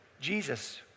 jesus